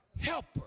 helper